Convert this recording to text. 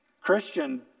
Christian